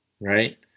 right